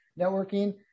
networking